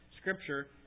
Scripture